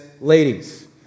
ladies